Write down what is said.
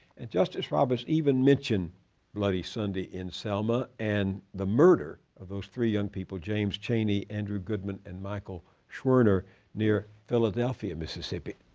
and justice roberts even mentioned bloody sunday in selma and the murder of those three young people james chaney, andrew goodman, and michael schwerner near philadelphia, mississippi.